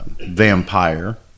vampire